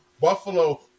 Buffalo